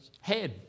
head